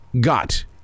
Got